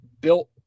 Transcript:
built